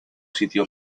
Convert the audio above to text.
sitio